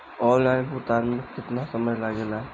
Online भुगतान में केतना समय लागेला?